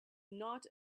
not